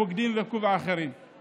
"בוגדים" ואחרים,